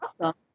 awesome